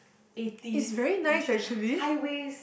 eighty's fashion high waist